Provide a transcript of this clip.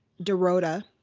dorota